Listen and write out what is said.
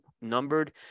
numbered